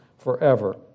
Forever